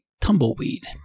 Tumbleweed